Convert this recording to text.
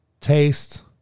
Taste